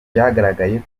byagaragaye